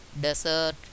desert